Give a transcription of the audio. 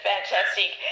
Fantastic